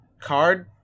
card